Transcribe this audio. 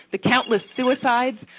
the countless suicides,